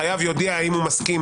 החייב יודיע האם הוא מסכים,